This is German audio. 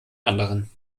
anderen